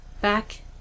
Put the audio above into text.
back